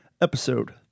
episode